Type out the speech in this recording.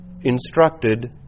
instructed